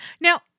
Now-